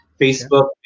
Facebook